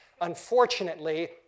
unfortunately